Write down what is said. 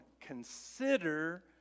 consider